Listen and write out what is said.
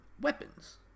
weapons